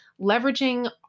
leveraging